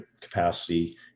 capacity